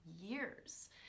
years